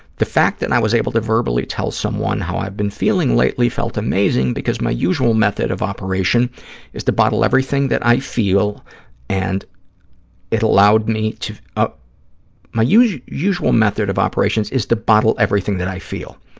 the fact that i was able to verbally tell someone how i've been feeling lately felt amazing because my usual method of operation is to bottle everything that i feel and it allowed me to, ah my usual method usual method of operations is to bottle everything that i feel,